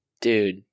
Dude